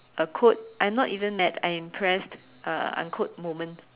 uh quote I'm not even mad I am impressed uh unquote moment